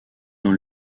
dans